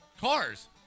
cars